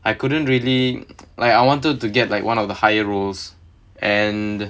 I couldn't really like I wanted to get like one of the higher roles and